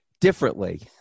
differently